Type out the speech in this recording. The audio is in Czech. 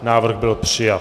Návrh byl přijat.